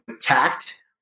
tact